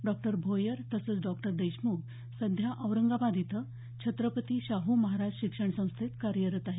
डॉ भोयर तसंच डॉ देशमुख सध्या औरंगाबाद इथं छत्रपती शाहू महाराज शिक्षण संस्थेत कार्यरत आहेत